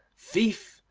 thief,